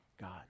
God